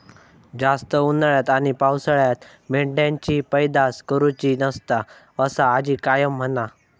जास्त उन्हाळ्यात आणि पावसाळ्यात मेंढ्यांची पैदास करुची नसता, असा आजी कायम म्हणा